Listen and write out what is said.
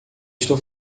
estou